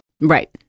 Right